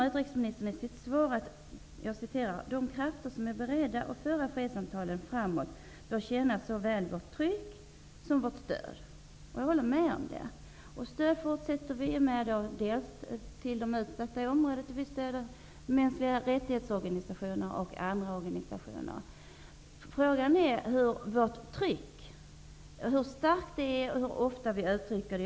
Utrikesministern nämner i sitt svar: ''De krafter som är beredda att föra fredssamtalen framåt bör känna såväl vårt tryck som vårt stöd.'' Jag håller med om det. Vi fortsätter vårt stöd dels till de utsatta områdena, dels till organisationer för mänskliga rättigheter och andra organisationer. Frågan är hur starkt vårt tryck är och hur ofta vi utövar det.